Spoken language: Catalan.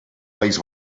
país